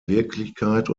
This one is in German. wirklichkeit